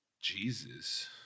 Jesus